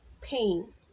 pain